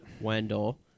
Wendell